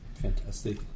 fantastic